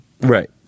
Right